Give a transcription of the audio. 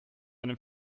einem